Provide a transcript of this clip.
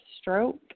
stroke